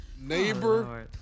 neighbor